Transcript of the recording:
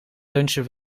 lunchen